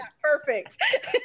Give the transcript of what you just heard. perfect